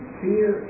fear